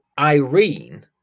Irene